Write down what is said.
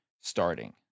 starting